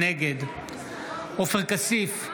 נגד עופר כסיף,